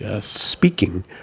speaking